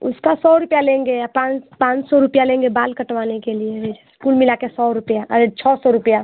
उसका सौ रुपया लेंगे या पाँच पाँच सौ रुपया लेंगे बाल कटवाने के लिए लेजर कुल मिला के सौ रुपया अरे छः सौ रुपया